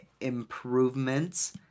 improvements